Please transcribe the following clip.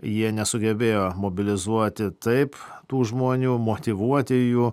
jie nesugebėjo mobilizuoti taip tų žmonių motyvuoti jų